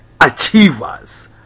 achievers